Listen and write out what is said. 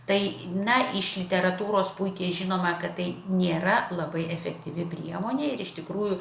tai na iš literatūros puikiai žinoma kad tai nėra labai efektyvi priemonė ir iš tikrųjų